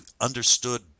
understood